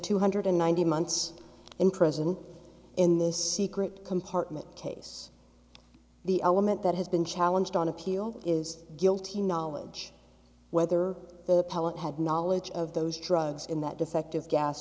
two hundred ninety months in prison in this secret compartment case the element that has been challenged on appeal is guilty knowledge whether the pilot had knowledge of those drugs in that defective gas